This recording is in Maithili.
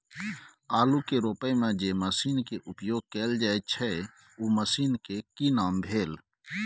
आलू के रोपय में जे मसीन के उपयोग कैल जाय छै उ मसीन के की नाम भेल?